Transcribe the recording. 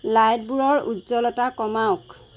লাইটবোৰৰ উজ্জ্বলতা কমাওক